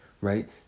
right